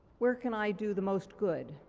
where can i do the most good?